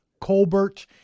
Colbert